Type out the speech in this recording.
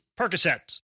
Percocets